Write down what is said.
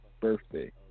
birthday